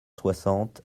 soixante